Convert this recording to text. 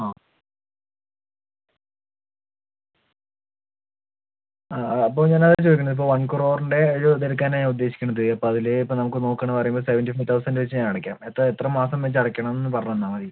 ആ ആ അപ്പോൾ ഞാൻ അതാ ചോദിക്കുന്നത് ഇപ്പം വൺ ക്രോറിൻ്റെ ഒര് ഇത് എടുക്കാനാണ് ഞാൻ ഉദ്ദേശിക്കുന്നത് അപ്പം അതില് ഇപ്പം നമ്മക്ക് നോക്കണ് പറയുമ്പം സെവെൻറ്റി ഫൈവ് തൗസൻഡ് വെച്ച് ഞാൻ അടയ്ക്കാ എത്ര എത്ര മാസം വെച്ച് അടയ്ക്കണന്ന് പറഞ്ഞ് തന്നാൽ മതി